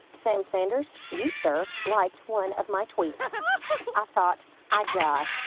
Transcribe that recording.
sam sanders you, sir, liked one of my tweets i thought i'd die.